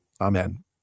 amen